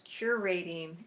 curating